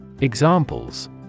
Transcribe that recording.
Examples